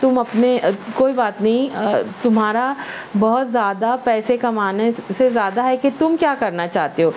تم اپنے کوئی بات نہیں تمہارا بہت زیادہ پیسے کمانے سے زیادہ ہے کہ تم کیا کرنا چاہتے ہو